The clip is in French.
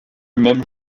même